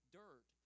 dirt